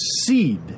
seed